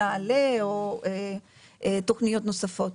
נעל"ה או תוכניות נוספות.